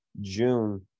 June